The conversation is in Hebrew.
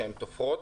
בעיקר תופרות.